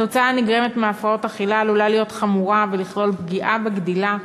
התוצאה הנגרמת מהפרעות אכילה עלולה להיות חמורה ולכלול פגיעה בגדילה,